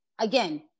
again